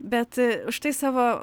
bet užtai savo